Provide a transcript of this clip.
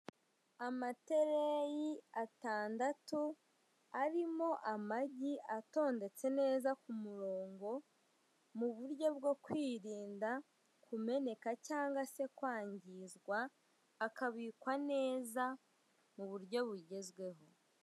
Amatereyi atandatu, arimo amagi atondetse neza ku murongo, mu buryo bwo kwirinda kumeneka cyangwa se kwangizwa, akabikwa neza, mu buryo bugezweho.